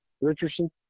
Richardson